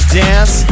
dance